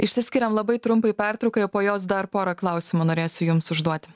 išsiskiriam labai trumpai pertraukai o po jos dar porą klausimų norėsiu jums užduoti